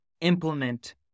implement